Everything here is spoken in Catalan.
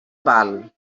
val